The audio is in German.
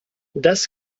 das